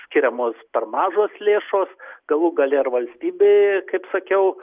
skiriamos per mažos lėšos galų gale ir valstybė kaip sakiau